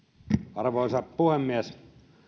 arvoisa puhemies